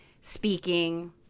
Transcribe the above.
speaking